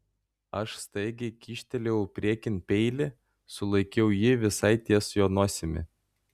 aš staigiai kyštelėjau priekin peilį sulaikiau jį visai ties jo nosimi